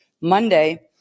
Monday